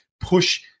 push